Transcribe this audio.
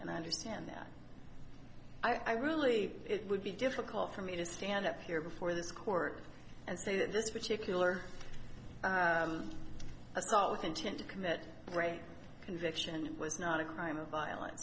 and i understand that i really it would be difficult for me to stand up here before this court and say that this particular assault with intent to commit rape conviction was not a crime of violen